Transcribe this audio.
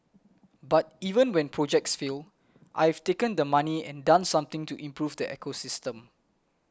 but even when projects fail I have taken the money and done something to improve the ecosystem